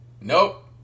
Nope